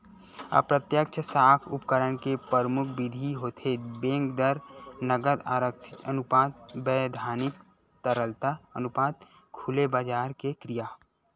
अप्रत्यक्छ साख उपकरन के परमुख बिधि होथे बेंक दर, नगद आरक्छित अनुपात, बैधानिक तरलता अनुपात, खुलेबजार के क्रिया